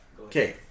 Okay